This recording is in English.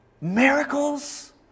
Miracles